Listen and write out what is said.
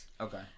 Okay